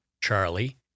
Charlie